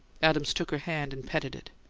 adams took her hand and petted it.